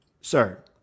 sir